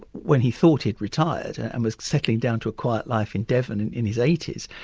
when he'd thought he'd retired and and was settling down to a quiet life in devon in in his eighty s,